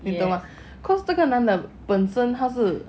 你懂吗 cause 这个男的本身他是